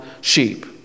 sheep